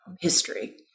history